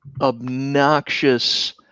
obnoxious